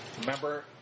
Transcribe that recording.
Remember